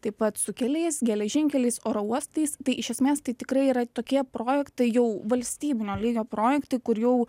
taip pat su keliais geležinkeliais oro uostais tai iš esmės tai tikrai yra tokie projektai jau valstybinio lygio projektai kur jau